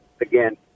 again